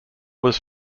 was